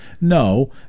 no